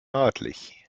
nördlich